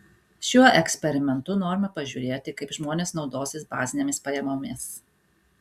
šiuo eksperimentu norima pažiūrėti kaip žmonės naudosis bazinėmis pajamomis